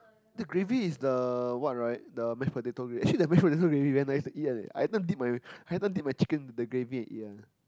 the gravy is the what right the mash potato gravy actually the mash potato gravy very nice to eat one leh I every time dip my I every time dip my chicken with the gravy and eat one leh